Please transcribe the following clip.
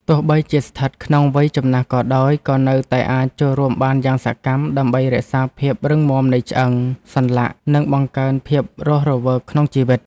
ទោះបីជាស្ថិតក្នុងវ័យចំណាស់ក៏ដោយ ក៏នៅតែអាចចូលរួមបានយ៉ាងសកម្ម ដើម្បីរក្សាភាពរឹងមាំនៃឆ្អឹង សន្លាក់ និងបង្កើនភាពរស់រវើកក្នុងជីវិត។